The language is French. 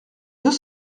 deux